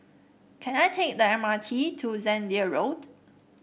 can I take the M R T to Zehnder Road